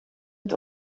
het